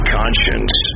conscience